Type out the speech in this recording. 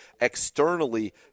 externally